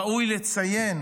ראוי לציין